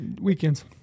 weekends